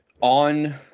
on